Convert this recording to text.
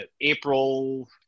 april